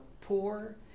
poor